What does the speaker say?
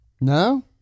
No